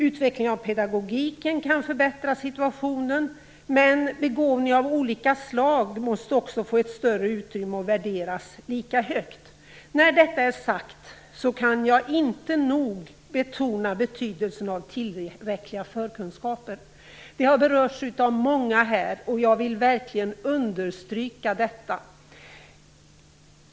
Utvecklingen av pedagogiken kan förbättra situationen, men begåvning av annat slag måste också få ett större utrymme och värderas lika högt. När detta är sagt kan jag inte nog betona betydelsen av tillräckliga förkunskaper. Det har berörts av många här, och jag vill verkligen understryka detta.